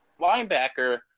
linebacker